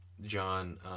John